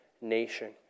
nation